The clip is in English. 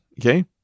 Okay